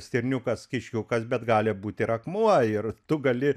stirniukas kiškiukas bet gali būti ir akmuo ir tu gali